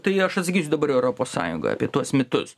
tai aš atsakysiu dabar europos sąjungoj apie tuos mitus